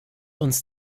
uns